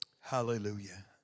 Hallelujah